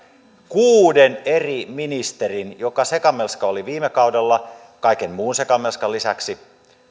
kuuden eri ministerin entisiä sotkuja sekamelskaa jota oli viime kaudella kaiken muun sekamelskan lisäksi